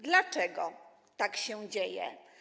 Dlaczego tak się dzieje?